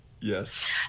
Yes